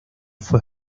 fue